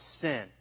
sin